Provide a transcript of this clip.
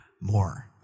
More